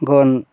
গণ